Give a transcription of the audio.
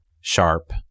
Sharp